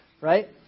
right